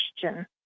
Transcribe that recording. question